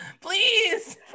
Please